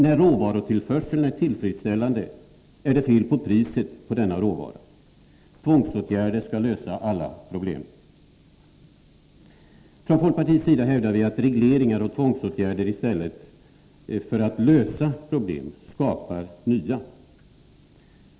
När råvarutillförseln är tillfredsställande är det fel på priset på denna råvara. Tvångsåtgärder skall lösa alla problem. Från folkpartiets sida hävdar vi att regleringar och tvångsåtgärder i stället för att lösa problem skapar nya.